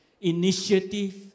initiative